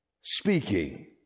speaking